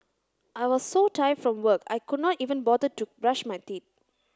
I was so tired from work I could not even bother to brush my teeth